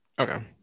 Okay